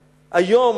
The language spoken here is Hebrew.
היום,